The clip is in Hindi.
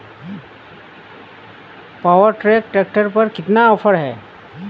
पावर ट्रैक ट्रैक्टर पर कितना ऑफर है?